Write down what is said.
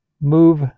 move